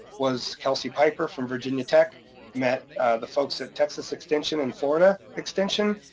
was kelsey pieper from virginia tech met the folks at texas extension in florida extension,